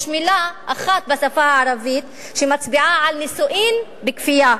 יש מלה אחת בשפה הערבית שמצביעה על נישואין בכפייה.